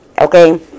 Okay